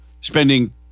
spending